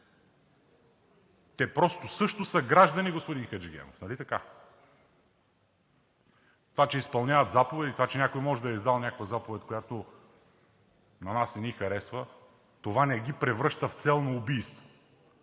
Те просто също са граждани, господин Хаджигенов. Нали така? Това, че изпълняват заповеди, това, че някой може да е издал някаква заповед, която на нас не ни харесва, това не ги превръща в цел на убийство.